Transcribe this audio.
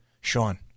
Sean